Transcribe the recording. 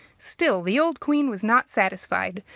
still the old queen was not satisfied,